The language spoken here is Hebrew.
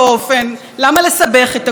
על הפרדת רשויות שמעת?